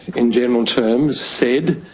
in general terms, said,